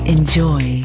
Enjoy